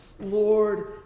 Lord